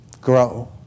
grow